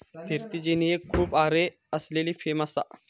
फिरती जेनी एक खूप आरे असलेली फ्रेम असा